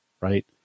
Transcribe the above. right